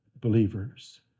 believers